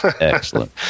Excellent